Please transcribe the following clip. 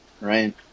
Right